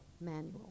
manual